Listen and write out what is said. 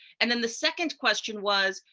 and then the second question was,